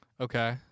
Okay